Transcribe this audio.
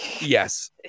yes